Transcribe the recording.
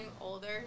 older